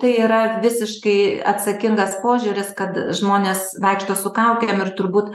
tai yra visiškai atsakingas požiūris kad žmonės vaikšto su kaukėm ir turbūt